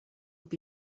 will